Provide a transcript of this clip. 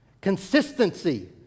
Consistency